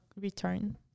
return